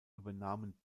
übernahmen